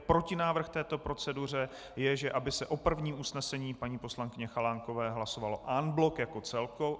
Protinávrh této proceduře je, aby se o prvním usnesení paní poslankyně Chalánkové hlasovalo en bloc, jako o celku.